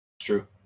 True